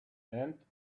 and